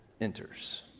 enters